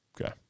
Okay